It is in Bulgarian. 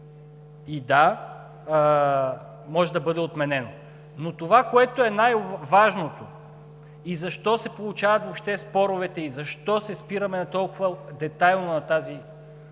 И, да – може да бъде отменено. Но това, което е най-важното, и защо се получават въобще споровете, и защо се спираме толкова детайлно на този